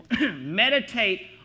meditate